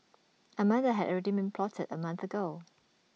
A murder had already been plotted A month ago